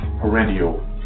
perennial